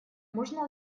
можно